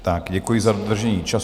Tak děkuji za dodržení času.